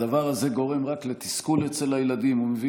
הדבר הזה גורם רק לתסכול אצל הילדים ומביא